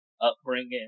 upbringing